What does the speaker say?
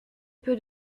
peu